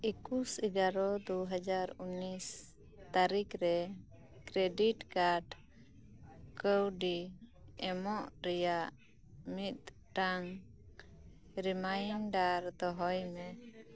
ᱮᱠᱩᱥ ᱮᱜᱟᱨᱚ ᱫᱩ ᱦᱟᱡᱟᱨ ᱩᱱᱤᱥ ᱛᱟᱨᱤᱠᱷ ᱨᱮ ᱠᱨᱮᱰᱤᱴᱠᱟᱨᱰ ᱠᱟᱹᱣᱰᱤ ᱮᱢᱚᱜ ᱨᱮᱭᱟᱜ ᱢᱤᱫᱴᱟᱝ ᱨᱤᱢᱟᱭᱤᱱᱰᱟᱨ ᱫᱚᱦᱚᱭ ᱢᱮ